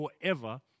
forever